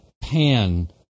pan